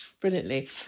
brilliantly